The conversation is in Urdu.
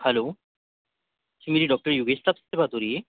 ہیلو جی میری ڈاکٹر یوگیش صاحب سے بات ہو رہی ہے